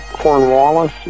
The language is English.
Cornwallis